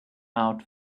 out